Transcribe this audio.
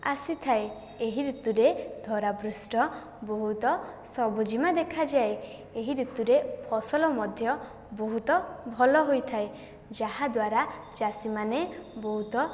ଆସିଥାଏ ଏହି ଋତୁରେ ଧରା ପୃଷ୍ଠ ବହୁତ ସବୁଜିମା ଦେଖାଯାଏ ଏହି ଋତୁରେ ଫସଲ ମଧ୍ୟ ବହୁତ ଭଲ ହୋଇଥାଏ ଯାହାଦ୍ୱାରା ଚାଷୀମାନେ ବହୁତ